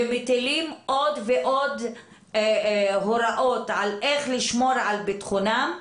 ומטילים עוד ועוד הוראות על איך לשמור על ביטחונם,